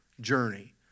journey